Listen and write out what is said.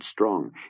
strong